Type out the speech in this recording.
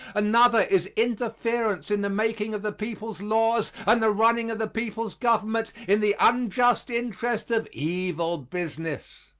another is interference in the making of the people's laws and the running of the people's government in the unjust interest of evil business.